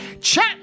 Chat